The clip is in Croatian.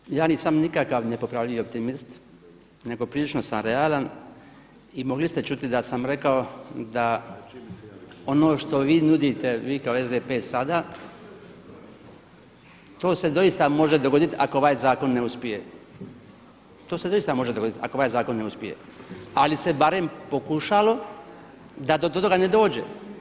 Kolega Stazić, ja nisam nikakav nepopravljivi optimist nego prilično sam realan i mogli ste čuti da sam rekao da ono što vi nudite, vi kao SDP sada, to se doista može dogoditi ako ovaj zakon ne uspije, to se može dogoditi ako ovaj zakon ne uspije, ali se barem pokušalo da do toga ne dođe.